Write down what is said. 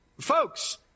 Folks